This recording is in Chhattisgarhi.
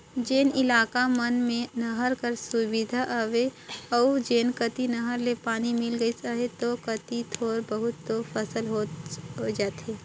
जेन इलाका मन में नहर कर सुबिधा अहे अउ जेन कती नहर ले पानी मिल गइस अहे ओ कती थोर बहुत दो फसिल होए जाथे